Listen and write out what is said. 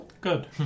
good